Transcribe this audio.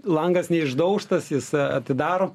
langas neišdaužtas jis atidaro